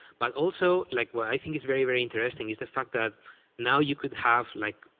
but also like what i think is very, very interesting is the fact that now you could have, like,